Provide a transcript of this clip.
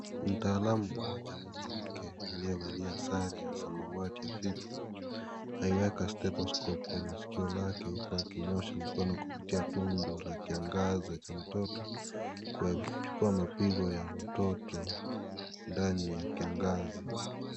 Mtaalamu mmoja mwanamke aliyevalia sare ya samawati hafifu aiweka stethoscope kwenye sikio lake huku akinyoosha mkono kupitia tundu la kiangaza cha mtoto kuchukua mapigo ya mtoto ndani ya kiangazi.